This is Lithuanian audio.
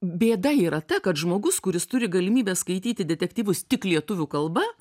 bėda yra ta kad žmogus kuris turi galimybę skaityti detektyvus tik lietuvių kalba